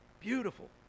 Beautiful